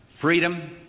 freedom